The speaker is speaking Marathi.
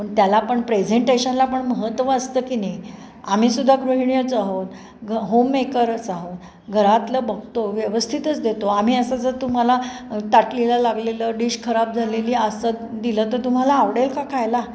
पण त्याला पण प्रेझेंटेशनला पण महत्व असतं किनई आम्हीसुद्धा गृहिणीचं आहोत हो होममेकरच आहोत घरातलं बघतो व्यवस्थितच देतो आम्ही असं जर तुम्हाला ताटलीला लागलेलं डिश खराब झालेली असं दिलं तर तुम्हाला आवडेल का खायला